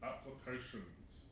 Applications